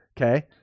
Okay